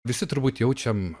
visi turbūt jaučiam